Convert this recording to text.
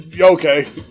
okay